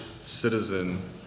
citizen